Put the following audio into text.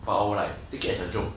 but I would like take it as a joke